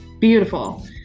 beautiful